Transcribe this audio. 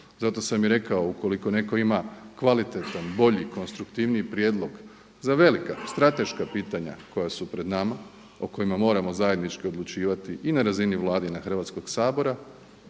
Zato sam i rekao ukoliko netko ima kvalitetan, bolji, konstruktivniji prijedlog za velika strateška pitanja koja su pred nama o kojima moramo zajednički odlučivati i na razini Vlade i Hrvatskog sabora